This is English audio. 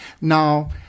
Now